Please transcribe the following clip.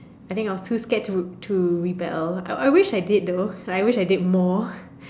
I think I was too scared to to rebel I wish I did though I wish I did more